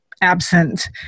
absent